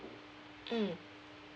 mm